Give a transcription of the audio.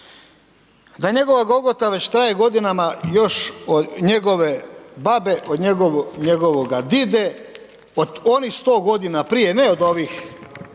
Da njegova Golgota već traje godinama još od njegove babe, od njegovoga dide, od onih 100 godina prije, ne od ovih